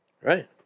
Right